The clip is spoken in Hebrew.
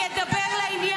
אני לא מקללת.